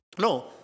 No